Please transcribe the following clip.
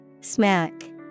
Smack